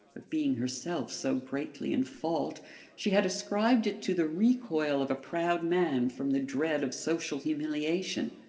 but being herself so greatly in fault she had ascribed it to the recoil of a proud man from the dread of social humiliation.